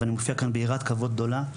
ואני מופיע כאן ביראת כבוד גדולה,